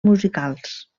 musicals